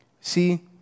See